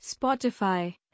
Spotify